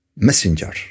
Messenger